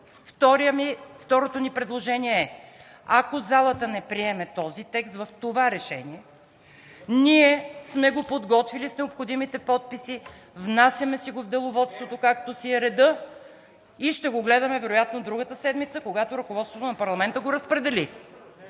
Второто ни предложение е, ако залата не приеме този текст в това решение, ние сме го подготвили с необходимите подписи, внасяме си го в Деловодството, както си е редът, и ще го гледаме вероятно другата седмица, когато ръководството на парламента го разпредели.